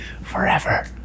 forever